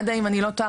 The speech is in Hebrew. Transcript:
אם אני לא טועה,